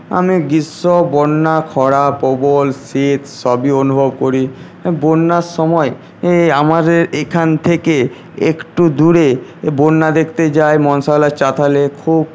আমি গ্রীষ্ম বন্যা খরা প্রবল শীত সবই অনুভব করি বন্যার সময় এই আমাদের এখান থেকে একটু দূরে বন্যা দেখতে যায় মনসালয় চাতালে খুব